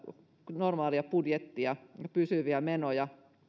normaalia budjettia ja pysyviä menoja